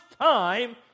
time